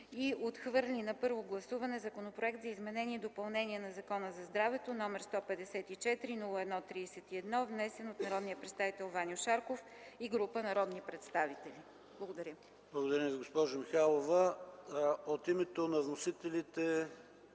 и отхвърли на първо гласуване Законопроект за изменение и допълнение на Закона за здравето, № 154-01-31, внесен от народния представител Ваньо Шарков и група народни представители.” Благодаря. ПРЕДСЕДАТЕЛ ПАВЕЛ ШОПОВ: Благодаря на госпожа Михайлова. От името на вносителите